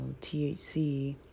THC